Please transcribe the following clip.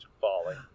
falling